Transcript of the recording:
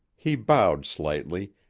he bowed slightly,